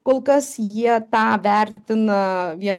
kol kas jie tą vertina vien